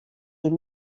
est